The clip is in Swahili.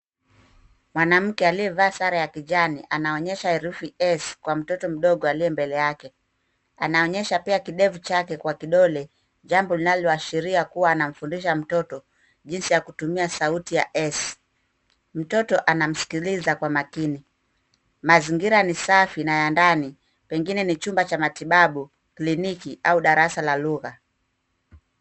Mwanamke aliyevaa sare ya kijani anaonyesha herufi S kwa mtoto mdogo aliye mbele yake. Anaonyesha pia kidevu chake kwa kidole jambo linaloashiria kuwa anamfundisha mtoto jinsi ya kutumia sauti ya S .Mtoto anamsikiliza kwa makini mazingira ni safi na ya ndani pengine ni chumba cha matibabu, kliniki au darasa la lugha.